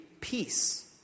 peace